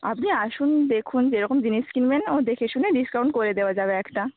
আপনি আসুন দেখুন যেরকম জিনিস কিনবেন ও দেখে শুনে ডিসকাউন্ট করে দেওয়া যাবে একটা